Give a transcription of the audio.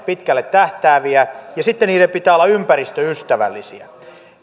pitkälle tähtääviä ja sitten niiden pitää olla ympäristöystävällisiä